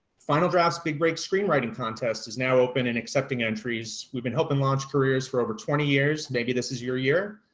final draft's big break screenwriting contest is now open and accepting entries. we've been helping launch careers for over twenty years. this is your year.